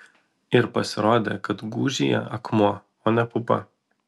ir pasirodė kad gūžyje akmuo o ne pupa